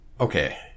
okay